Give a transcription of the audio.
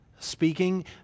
Speaking